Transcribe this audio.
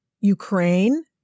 Ukraine